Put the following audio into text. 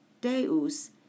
deus